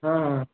हां